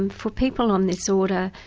um for people on this order,